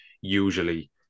usually